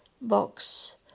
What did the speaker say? box